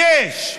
יש,